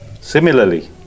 Similarly